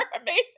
amazing